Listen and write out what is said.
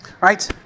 Right